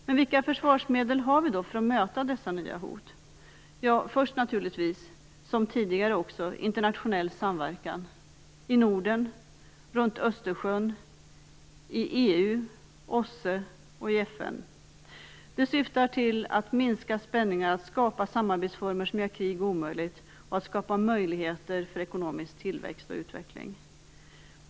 Men vilka försvarsmedel har vi då för att möta dessa nya hot? Ja, först har vi naturligtvis, som tidigare, internationell samverkan, i Norden, runt Östersjön, i EU, OSSE och FN. Det syftar till att minska spänningar, att skapa samarbetsformer som gör krig omöjligt och att skapa möjligheter för ekonomisk tillväxt och utveckling.